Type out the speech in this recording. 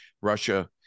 Russia